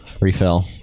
refill